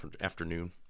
afternoon